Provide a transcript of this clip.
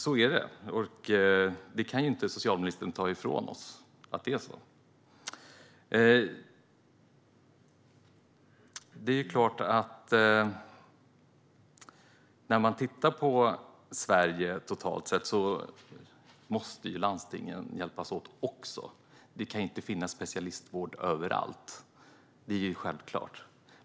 Så är det, och det kan inte socialministern ta ifrån oss. När man ser på Sverige totalt sett måste landstingen hjälpas åt. Det kan självklart inte finnas specialistvård överallt.